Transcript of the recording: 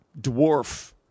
dwarf